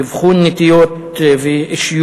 אבחון נטיות ואישיות,